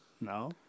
No